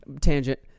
tangent